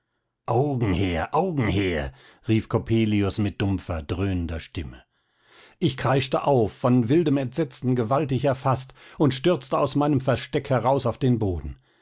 augen her augen her rief coppelius mit dumpfer dröhnender stimme ich kreischte auf von wildem entsetzen gewaltig erfaßt und stürzte aus meinem versteck heraus auf den boden